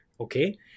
Okay